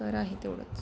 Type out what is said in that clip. तर आहे तेवढंच